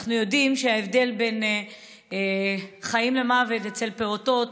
אנחנו יודעים שההבדל בין חיים למוות אצל פעוטות,